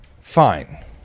Fine